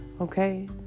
okay